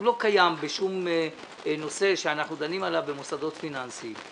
הוא לא קיים בשום נושא שאנחנו דנים עליו במוסדות פיננסיים.